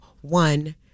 one